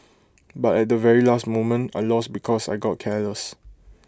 but at the very last moment I lost because I got careless